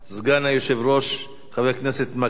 סגן היושב-ראש, חבר הכנסת מקלב.